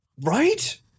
right